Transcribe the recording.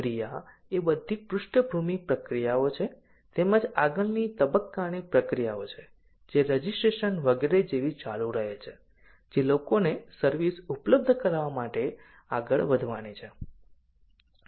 પ્રક્રિયા એ બધી પૃષ્ઠભૂમિ પ્રક્રિયાઓ તેમજ આગળની તબક્કાની પ્રક્રિયાઓ છે જે રજીસ્ટ્રેશન વગેરે જેવી ચાલુ રહે છે જે લોકોને સર્વિસ ઉપલબ્ધ કરાવવા માટે આગળ વધવાની છે